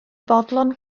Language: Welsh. fodlon